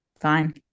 fine